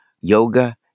yoga